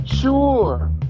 Sure